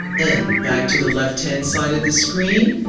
and back to the left-hand side of the screen,